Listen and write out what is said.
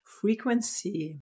frequency